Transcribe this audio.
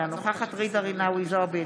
אינה נוכחת ג'ידא רינאוי זועבי,